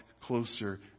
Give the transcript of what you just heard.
closer